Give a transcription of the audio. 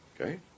Okay